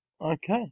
Okay